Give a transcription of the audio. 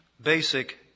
basic